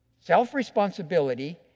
self-responsibility